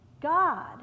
God